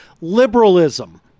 liberalism